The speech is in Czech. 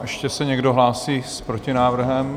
Ještě se někdo hlásí s protinávrhem?